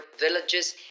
villages